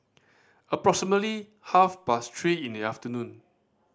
approximately half past three in the afternoon